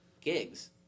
gigs